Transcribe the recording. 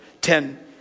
ten